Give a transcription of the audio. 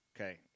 Okay